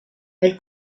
elle